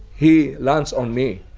he lunged on me.